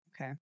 okay